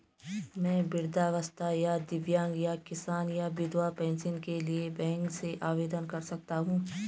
मैं वृद्धावस्था या दिव्यांग या किसान या विधवा पेंशन के लिए बैंक से आवेदन कर सकता हूँ?